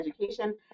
Education